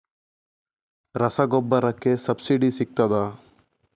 ರಸಗೊಬ್ಬರಕ್ಕೆ ಸಬ್ಸಿಡಿ ಸಿಗ್ತದಾ?